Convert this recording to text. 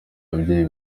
ababyeyi